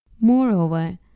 Moreover